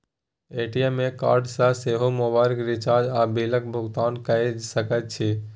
ATM card सँ सेहो मोबाइलक रिचार्ज आ बिलक भुगतान कए सकैत छी